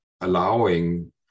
allowing